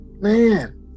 man